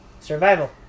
Survival